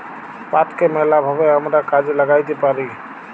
পাটকে ম্যালা ভাবে আমরা কাজে ল্যাগ্যাইতে পারি